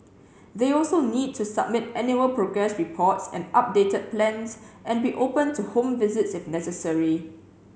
they also need to submit annual progress reports and updated plans and be open to home visits if necessary